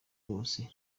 bose